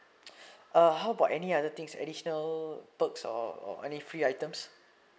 uh how about any other things additional perks or or any free items